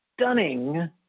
stunning